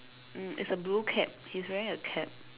um it's a blue cap he's wearing a cap